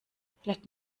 vielleicht